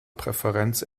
präferenz